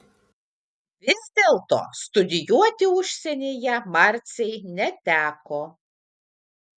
vis dėlto studijuoti užsienyje marcei neteko